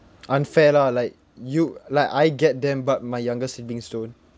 unfair lah like you like I get them but my younger siblings don't